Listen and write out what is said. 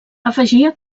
afegia